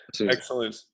Excellent